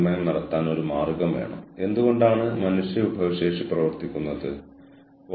human resource മാനേജർമാർ എപ്പോഴാണ് പുതിയ അറിവ് നേടേണ്ടത്